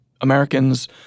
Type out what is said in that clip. Americans